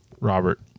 Robert